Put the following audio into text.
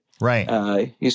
Right